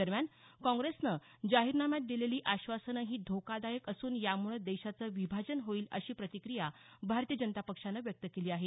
दरम्यान काँग्रेसनं जाहीरनाम्यात दिलेली आश्वासनं ही धोकादायक असून यामुळं देशाचं विभाजन होईल अशी प्रतिक्रिया भारतीय जनता पक्षानं व्यक्त केली आहे